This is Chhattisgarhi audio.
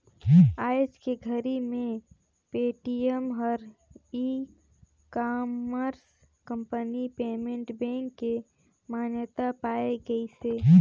आयज के घरी मे पेटीएम हर e commerce company payment bank के मान्यता पाए गइसे